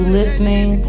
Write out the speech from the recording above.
listening